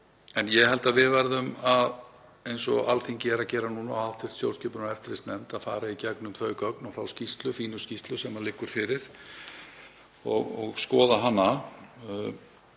En ég held að við verðum, eins og Alþingi er að gera núna og hv. stjórnskipunar- og eftirlitsnefnd, að fara í gegnum þau gögn og þá fínu skýrslu sem liggur fyrir og skoða hana.